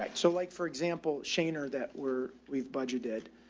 like so like for example, shaner that we're, we've budgeted,